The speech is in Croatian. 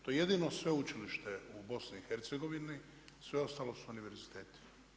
To je jedino sveučilište u BIH, sve ostalo su univerziteti.